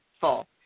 full